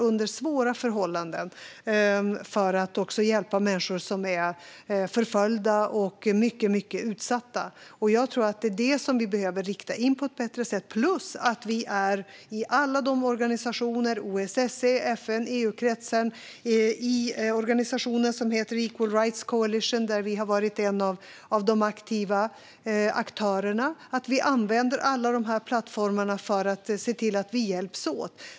Det är så jag menar att demokratibiståndet också måste användas: att se till att vi ger stöd till de organisationerna. Jag tror att det är det som vi på ett bättre sätt behöver rikta in oss på plus att använda alla de organisationer som finns - OSSE, FN, EU-kretsen och organisationen Equal Rights Coalition, där vi har varit en av de aktiva aktörerna - som plattformar för att hjälpas åt.